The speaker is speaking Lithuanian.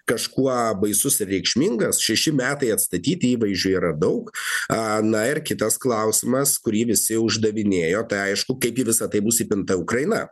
kažkuo baisus ir reikšmingas šeši metai atstatyti įvaizdžio yra daug na ir kitas klausimas kurį visi uždavinėjo tai aišku kaip gi visa tai bus įpinta ukraina